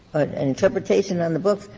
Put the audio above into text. an interpretation on the books,